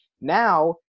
now